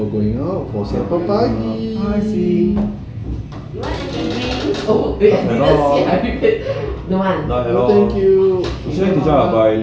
all going out for supper party not all all thank you